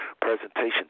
presentation